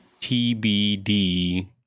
TBD